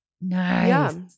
Nice